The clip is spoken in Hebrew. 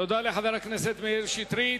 תודה לחבר הכנסת מאיר שטרית.